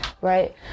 right